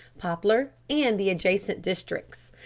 poplar and the adjacent districts.